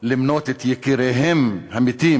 למנות את יקיריהן המתים